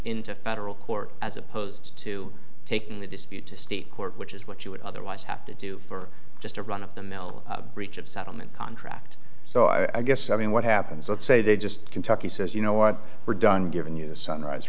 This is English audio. into federal court as opposed to taking the dispute to state court which is what you would otherwise have to do for just a run of the mill breach of settlement contract so i guess i mean what happens let's say they just kentucky says you know what we're done given you the sunrise